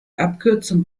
abkürzung